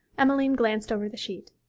emmeline glanced over the sheet.